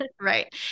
Right